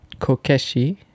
Kokeshi